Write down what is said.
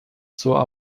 zur